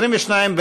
סעיף 1 נתקבל.